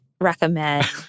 recommend